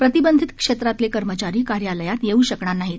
प्रतिबंधित क्षेत्रातले कर्मचारी कार्यालयात येऊ शकणार नाहीत